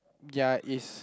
ya is